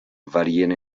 varien